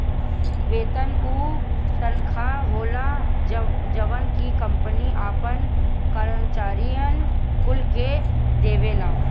वेतन उ तनखा होला जवन की कंपनी आपन करम्चारिअन कुल के देवेले